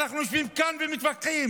ואנחנו יושבים כאן ומתווכחים.